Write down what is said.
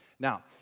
Now